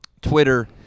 Twitter